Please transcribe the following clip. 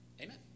Amen